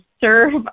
serve